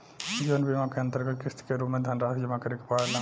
जीवन बीमा के अंतरगत किस्त के रूप में धनरासि जमा करे के पड़ेला